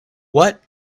what